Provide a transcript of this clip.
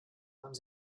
haben